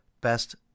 best